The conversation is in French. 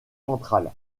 central